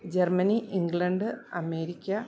Germany England America